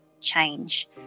change